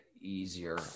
easier